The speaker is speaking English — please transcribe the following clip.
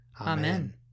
Amen